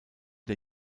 des